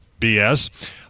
BS